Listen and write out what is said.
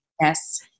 Yes